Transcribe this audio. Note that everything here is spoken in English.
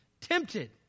tempted